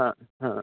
हा हा